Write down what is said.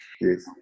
yes